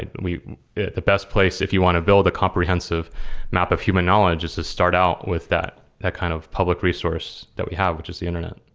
and the best place, if you want to build a comprehensive map of human knowledge is to start out with that that kind of public resource that we have, which is the internet.